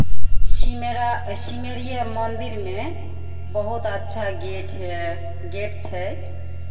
सिमेरा सिमरिया मन्दिरमे बहुत अच्छा गेट है गेट छै